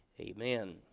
amen